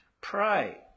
pray